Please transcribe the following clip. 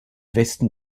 westen